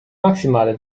maximale